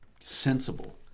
sensible